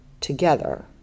together